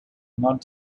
not